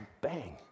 Bang